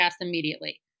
immediately